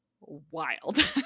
wild